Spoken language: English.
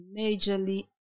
majorly